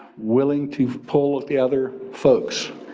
willing to pull at the other folks.